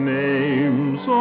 names